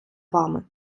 вами